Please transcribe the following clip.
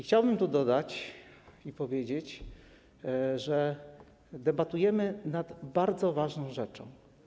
Chciałbym tu dodać i powiedzieć, że debatujemy nad bardzo ważną rzeczą.